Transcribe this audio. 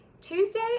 Tuesday